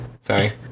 Sorry